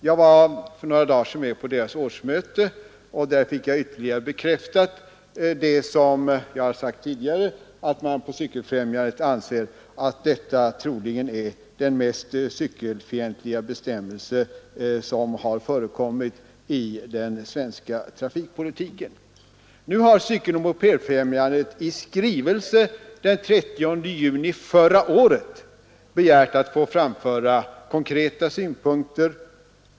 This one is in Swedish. Jag var för några dagar sedan med på deras årsmöte, och där fick jag ytterligare bekräftat att Cykeloch mopedfrämjandet anser att detta troligen är den mest cykelfientliga bestämmelse som har förekommit i den svenska trafikpolitiken. Cykeloch mopedfrämjandet har i en skrivelse den 30 juni förra året begärt att få framföra konkreta synpunkter.